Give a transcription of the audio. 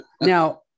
Now